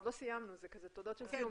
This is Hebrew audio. עוד לא סיימנו, זה תודות של כלום.